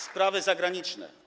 Sprawy zagraniczne.